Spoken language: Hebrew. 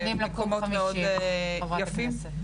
ומתוכננים לקום עוד 50, חברת הכנסת.